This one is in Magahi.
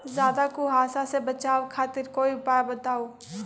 ज्यादा कुहासा से बचाव खातिर कोई उपाय बताऊ?